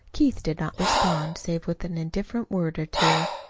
keith did not respond save with an indifferent word or two.